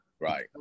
Right